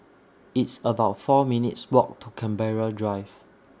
It's about four minutes' Walk to Canberra Drive